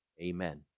Amen